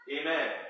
Amen